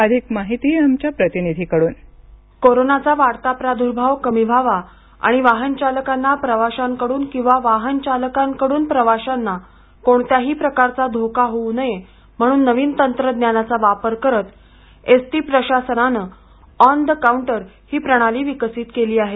अधिक माहिती आमच्या प्रतिनिधीकडून ध्वनी कोरोनाचा वाढता प्रादुर्भाव कमी व्हावा आणि वाहक चालकांना प्रवाशांकडून किंवा वाहक चालकांकडून प्रवाशांना कोणत्याही प्रकारचा धोका होऊ नये म्हणून नवीन तंत्रज्ञानाचा वापर करत एसटी प्रशासनानं ऑन द काउंटर ही प्रणाली विकसित केली आहे